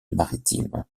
maritime